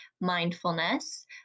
mindfulness